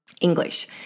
English